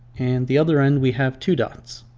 and the other end we have two dots.